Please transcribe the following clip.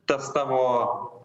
tas tavo